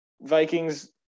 Vikings